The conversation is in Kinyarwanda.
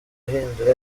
ahindura